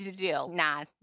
Nah